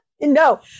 No